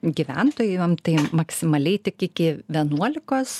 gyventojam tai maksimaliai tik iki vienuolikos